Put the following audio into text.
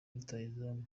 rutahizamu